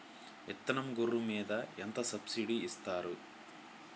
విత్తనం గొర్రు మీద ఎంత సబ్సిడీ ఇస్తారు?